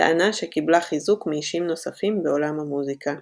טענה שקיבלה חיזוק מאישים נוספים בעולם המוזיקה.